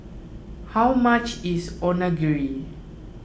how much is Onigiri